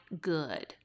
good